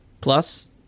Plus